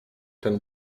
ten